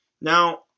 Now